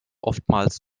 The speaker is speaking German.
oftmals